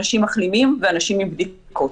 אנשים מחלימים ואנשים עם בדיקות.